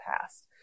past